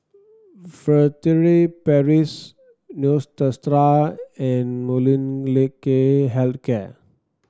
Furtere Paris Neostrata and Molnylcke Health Care